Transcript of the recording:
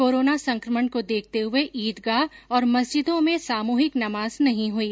corona संक्रमण को देखते हुए ईदगाह और मस्जिदों में सामूहिक नमाज नहीं हुई